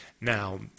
Now